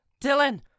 Dylan